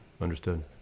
understood